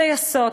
טייסות,